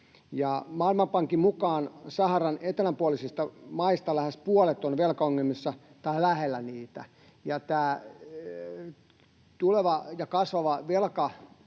Maailmanpankin mukaan Saharan eteläpuolisista maista lähes puolet on velkaongelmissa tai lähellä niitä, ja tämä tuleva ja kasvava velka